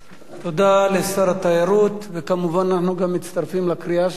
תודה לשר התיירות, וכמובן אנו מצטרפים לקריאה שלך.